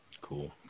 Cool